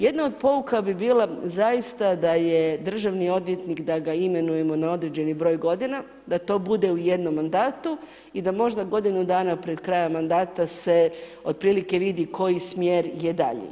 Jedna od pouka bi bila, zaista da je Državni odvjetnik, da ga imenujemo ona određeni broj godina, da to bude u jednom mandatu i da možda godinu dana pred kraj mandata se otprilike vidi koji smjer je daljnji.